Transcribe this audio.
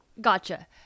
gotcha